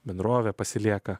bendrovė pasilieka